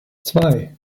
zwei